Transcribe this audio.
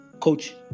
coach